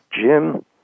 Jim